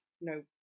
no